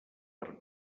per